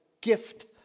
gift